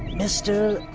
mister